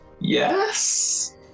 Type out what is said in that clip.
Yes